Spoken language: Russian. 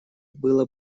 было